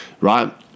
right